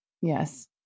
yes